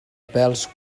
pèls